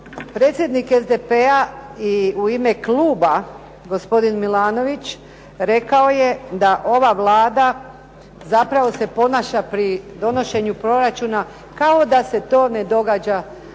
Predsjednik SDP-a i u ime kluba gospodin Milanović rekao je da ova Vlada zapravo se ponaša pri donošenju proračuna kao da se to ne događa